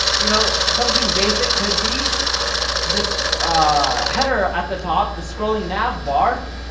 you know, something basic could be this header at the top, the scrolling nav bar,